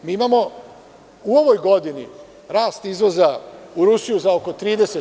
Imamo u ovoj godini rast izvoza u Rusiju za oko 30%